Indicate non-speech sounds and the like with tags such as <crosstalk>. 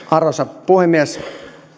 <unintelligible> arvoisa puhemies